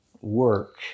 work